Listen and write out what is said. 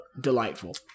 delightful